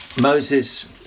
Moses